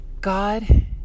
God